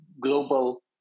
global